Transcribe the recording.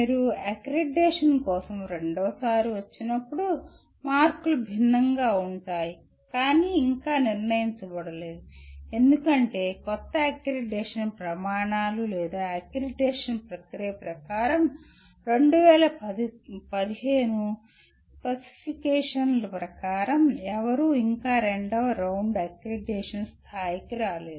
మీరు అక్రిడిటేషన్ కోసం రెండవ సారి వచ్చినప్పుడు మార్కులు భిన్నంగా ఉంటాయి కానీ ఇంకా నిర్ణయించబడలేదు ఎందుకంటే కొత్త అక్రిడిటేషన్ ప్రమాణాలు లేదా అక్రిడిటేషన్ ప్రక్రియ ప్రకారం 2015 స్పెసిఫికేషన్ల ప్రకారం ఎవరూ ఇంకా రెండవ రౌండ్ అక్రిడిటేషన్ స్థాయికి రాలేదు